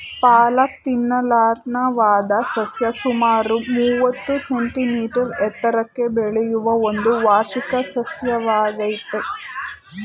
ಪಾಲಕ್ ತಿನ್ನಲರ್ಹವಾದ ಸಸ್ಯ ಸುಮಾರು ಮೂವತ್ತು ಸೆಂಟಿಮೀಟರ್ ಎತ್ತರಕ್ಕೆ ಬೆಳೆಯುವ ಒಂದು ವಾರ್ಷಿಕ ಸಸ್ಯವಾಗಯ್ತೆ